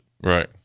Right